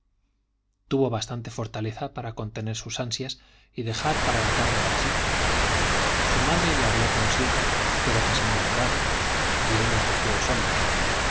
tuvo bastante fortaleza para contener sus ansias y dejar para la tarde la visita su madre le habló como siempre de lo que se murmuraba y él encogió los hombros